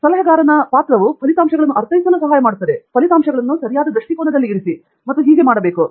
ಮತ್ತು ಸಲಹೆಗಾರನ ಪಾತ್ರವು ಫಲಿತಾಂಶಗಳನ್ನು ಅರ್ಥೈಸಲು ಸಹಾಯ ಮಾಡುತ್ತದೆ ಫಲಿತಾಂಶಗಳನ್ನು ಸರಿಯಾದ ದೃಷ್ಟಿಕೋನದಲ್ಲಿ ಇರಿಸಿ ಮತ್ತು ಹೀಗೆ ಮಾಡುವುದು